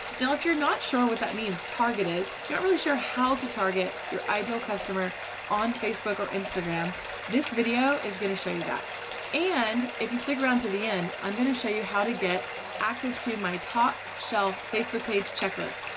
now if you're not sure what that means targeted or not really sure how to target your ideal customer on. facebook or instagram this video is going to show you that and if you stick around to the end i'm going to show you. how to get access to my top shelf facebook page. checklist!